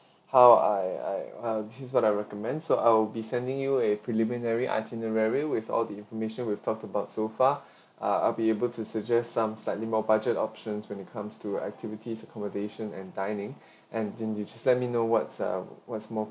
how I I well this is what I recommend so I'll be sending you a preliminary itinerary with all the information we've talked about so far ah I'll be able to suggest some slightly more budget options when it comes to activities accommodations and dining and didn't you just let me know what's a what's more